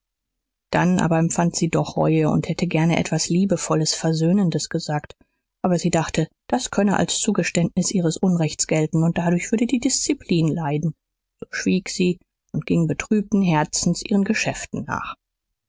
dann aber empfand sie doch reue und hätte gerne etwas liebevolles versöhnendes gesagt aber sie dachte das könne als zugeständnis ihres unrechts gelten und dadurch würde die disziplin leiden so schwieg sie und ging betrübten herzens ihren geschäften nach